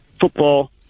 football